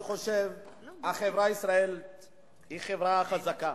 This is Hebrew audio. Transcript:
אני חושב שהחברה הישראלית היא חברה חזקה,